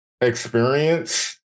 experience